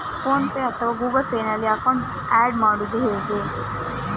Phone pay ಅಥವಾ Google Pay ನಲ್ಲಿ account add ಮಾಡುವುದು ಹೇಗೆ?